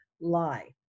lie